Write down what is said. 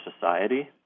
society